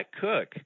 Cook